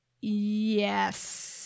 Yes